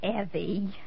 Evie